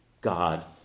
God